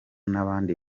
n’abandi